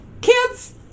Kids